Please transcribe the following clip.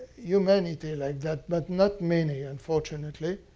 humanity like that but not many, unfortunately.